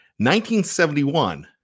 1971